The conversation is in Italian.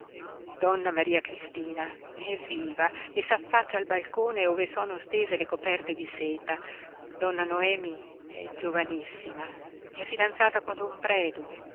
donna maria cristina è viva e s'affaccia al balcone ove sono stese le coperte di seta donna noemi è giovanissima è fidanzata a don predu